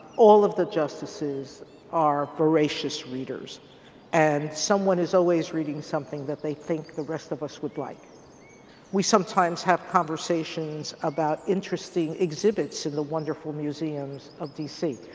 all of the justices are voracious readers and someone is always reading something that they think the rest of us would like we sometimes have conversations about interesting exhibits in the wonderful museums of dc.